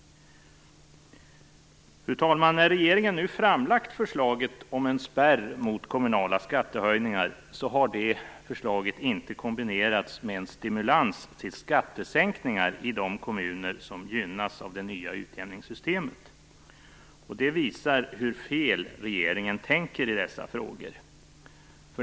Fru talman! När regeringen nu framlagt förslaget om en spärr mot kommunala skattehöjningar har det inte kombinerats med en stimulans till skattesänkningar i de kommuner som gynnas av det nya utjämningssystemet. Det visar hur fel regeringen tänker i dessa frågor.